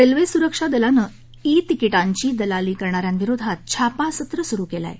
railway सुरक्षा दलानं e तिकीटांची दलाली करणा यांविरोधात छापासत्र सुरु केलं आहे